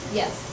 yes